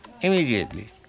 immediately